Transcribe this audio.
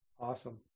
Awesome